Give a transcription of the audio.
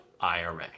IRA